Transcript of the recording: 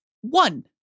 one